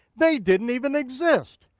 they didn't even exist,